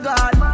God